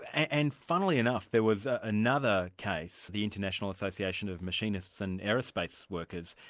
and funnily enough, there was another case, the international association of machinists and aerospace workers,